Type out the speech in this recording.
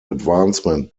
advancement